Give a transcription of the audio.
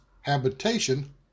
habitation